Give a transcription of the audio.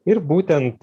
ir būtent